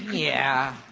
yeah